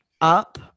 up